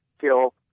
kill